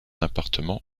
appartement